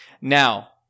now